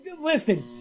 Listen